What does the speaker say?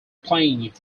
playing